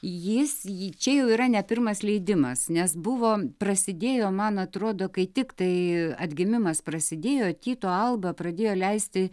jis jį čia jau yra ne pirmas leidimas nes buvo prasidėjo man atrodo kai tiktai atgimimas prasidėjo tyto alba pradėjo leisti